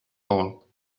all